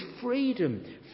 freedom